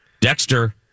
Dexter